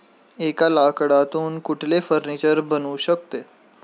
एका लाकडातून कुठले फर्निचर बनू शकते?